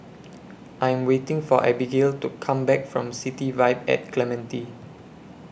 I'm waiting For Abigail to Come Back from City Vibe At Clementi